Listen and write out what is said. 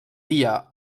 dia